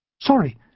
Sorry